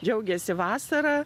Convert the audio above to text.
džiaugiasi vasara